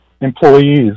employees